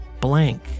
blank